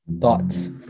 Thoughts